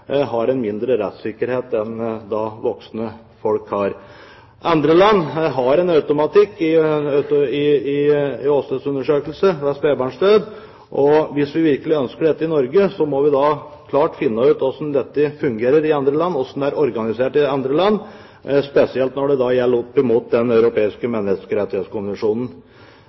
har en mindre rettssikkerhet enn voksne folk har. I andre land er det automatikk i åstedsundersøkelse ved spedbarnsdød, og hvis vi virkelig ønsker dette i Norge, må vi finne ut hvordan dette fungerer i andre land, hvordan det er organisert i andre land, spesielt i forhold til Den europeiske menneskerettskonvensjon. Det